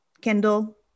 Kendall